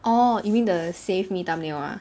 orh you mean the save me thumbnail ah